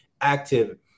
active